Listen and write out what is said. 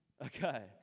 Okay